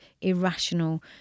irrational